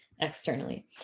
externally